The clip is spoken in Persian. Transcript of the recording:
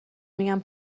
میگن